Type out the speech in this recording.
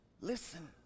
listen